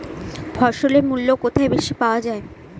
ফসলের মূল্য কোথায় বেশি পাওয়া যায়?